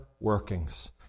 workings